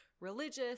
Religious